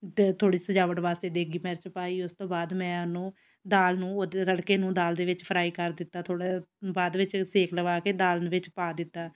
ਅਤੇ ਥੋੜ੍ਹੀ ਸਜਾਵਟ ਵਾਸਤੇ ਦੇਗੀ ਮਿਰਚ ਪਾਈ ਉਸ ਤੋਂ ਬਾਅਦ ਮੈਂ ਉਹਨੂੰ ਦਾਲ ਨੂੰ ਉਹਦੇ ਤੜਕੇ ਨੂੰ ਦਾਲ ਦੇ ਵਿੱਚ ਫਰਾਈ ਕਰ ਦਿੱਤਾ ਥੋੜ੍ਹਾ ਬਾਅਦ ਵਿੱਚ ਸੇਕ ਲਵਾ ਕੇ ਦਾਲ ਵਿੱਚ ਪਾ ਦਿੱਤਾ